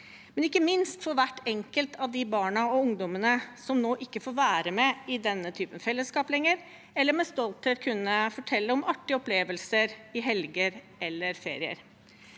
men ikke minst for hvert enkelt av de barna og ungdommene som nå ikke får være med i denne typen fellesskap lenger, eller med stolthet kan fortelle om artige opplevelser i helger eller ferier.